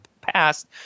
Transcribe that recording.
past